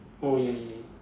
oh ya ya ya